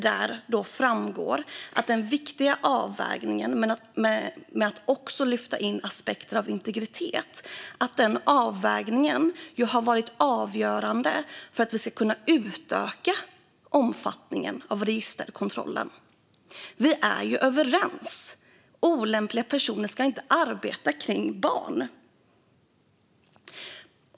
Där framgår att den viktiga avvägningen när det gäller att också lyfta in aspekter som rör integritet har varit avgörande för att vi ska kunna utöka omfattningen av registerkontrollen. Vi är ju överens. Olämpliga personer ska inte arbeta kring barn.